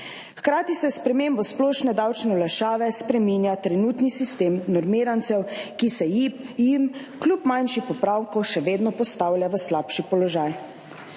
Hkrati se s spremembo splošne davčne olajšave spreminja trenutni sistem normirancev, ki se jim kljub manjšim popravkom še vedno postavlja v slabši položaj.